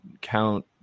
Count